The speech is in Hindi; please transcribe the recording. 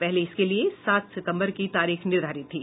पहले इसके लिए सात सितम्बर की तारीख निर्धारित थी